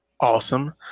Awesome